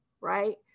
right